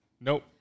Nope